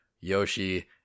Yoshi